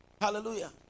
Hallelujah